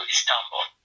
Istanbul